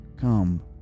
come